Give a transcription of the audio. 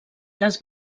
les